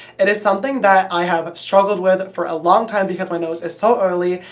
it is something that i have struggled with for a long time because my nose is so oily,